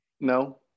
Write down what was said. No